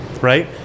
right